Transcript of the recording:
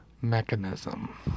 mechanism